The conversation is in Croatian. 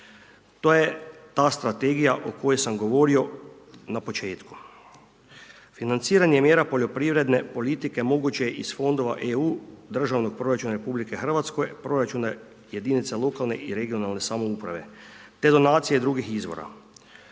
To je ta strategija o kojoj sam govorio na početku. Financiranje i mjera poljoprivredne politike moguće je iz fondova EU, državnog proračuna RH, proračuna jedinica lokalne i regionalne samouprave te donacije drugih izvora.